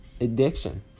addiction